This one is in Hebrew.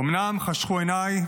אומנם חשכו עיניי,